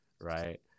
right